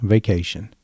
Vacation